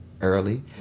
early